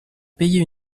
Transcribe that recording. payé